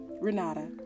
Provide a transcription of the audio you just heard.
Renata